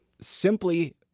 Simply